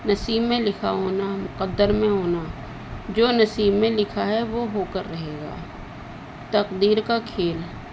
نصیم میں لکھا ہونا مقدر میں ہونا جو نصیم میں لکھا ہے وہ ہو کر رہے گا تقدیر کا کھیل